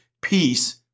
peace